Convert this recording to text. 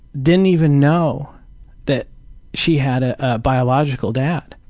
didn't even know that she had a ah biological dad.